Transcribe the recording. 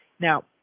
Now